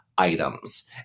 items